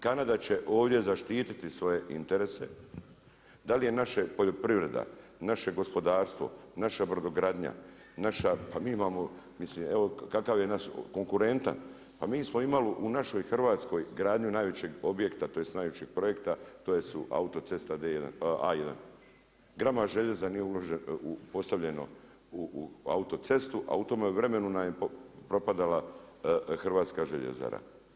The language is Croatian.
Kanada će ovdje zaštititi svoje interese, da li je naša poljoprivreda, naše gospodarstvo, naša brodogradnja pa mi imamo mislim kakav je naš konkurentan, pa mi smo imali u našoj Hrvatsku gradnju najvećeg objekta tj. najvećeg projekta to su autocesta A1, grama željeza nije ostavljeno u autocestu, a u tome vremenu nam je propadala hrvatska željezara.